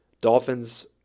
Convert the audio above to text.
Dolphins